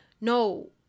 No